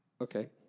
okay